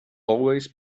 always